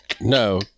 no